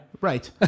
Right